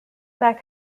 back